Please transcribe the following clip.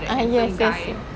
ah yes yes yes